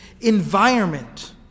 environment